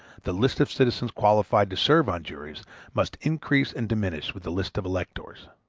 the list of citizens qualified to serve on juries must increase and diminish with the list of electors.